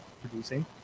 producing